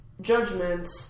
judgment